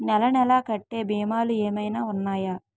నెల నెల కట్టే భీమాలు ఏమైనా ఉన్నాయా?